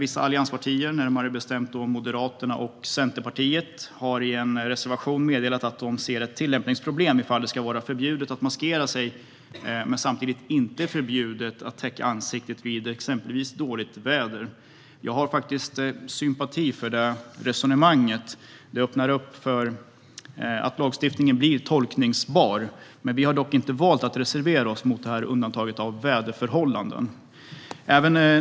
Vissa allianspartier, närmare bestämt Moderaterna och Centerpartiet, har i en reservation meddelat att de ser ett tillämpningsproblem ifall det ska vara förbjudet att maskera sig men samtidigt inte förbjudet att täcka ansiktet vid exempelvis dåligt väder. Jag har faktiskt sympati för det resonemanget. Det öppnar upp för att lagstiftningen blir tolkbar. Vi har dock inte valt att reservera oss mot undantaget vad gäller väderförhållanden.